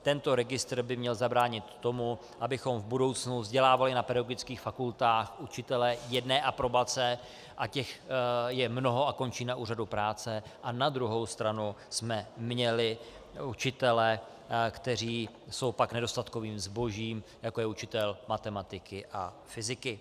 Tento registr by měl zabránit tomu, abychom v budoucnu vzdělávali na pedagogických fakultách učitele jedné aprobace, a těch je mnoho a končí na úřadu práce, a na druhou stranu jsme měli učitele, kteří jsou pak nedostatkovým zbožím, jako je učitel matematiky a fyziky.